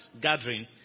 gathering